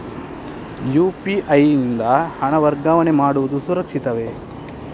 UPI ಯಿಂದ ಹಣ ವರ್ಗಾವಣೆ ಮಾಡುವುದು ಸುರಕ್ಷಿತವೇ?